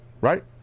right